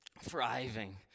thriving